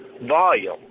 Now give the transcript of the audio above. volume